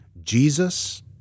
Jesus